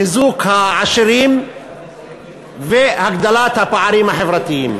חיזוק העשירים והגדלת הפערים החברתיים.